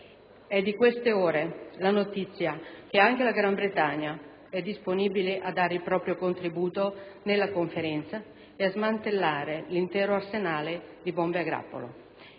E' di queste ore la notizia che anche la Gran Bretagna è disponibile a dare il proprio contributo nella Conferenza ed a smantellare l'intero arsenale di bombe a grappolo.